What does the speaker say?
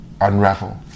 unravel